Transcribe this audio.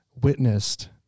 witnessed